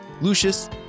Lucius